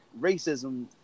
racism